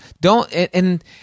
don't—and